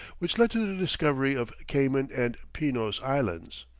which led to the discovery of cayman and pinos islands.